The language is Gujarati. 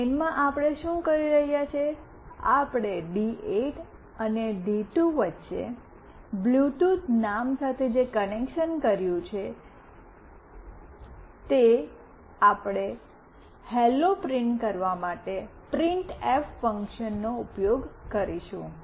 મેઈનમાં આપણે શું કરી રહ્યા છીએ આપણે ડી8 અને ડી2 વચ્ચે બ્લૂટૂથ નામ સાથે જે કનેક્શન કર્યું છે તે આપણે "હેલો" પ્રિન્ટ કરવા માટે પ્રિંટએફનો ઉપયોગ કરીશું